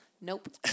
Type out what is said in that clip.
Nope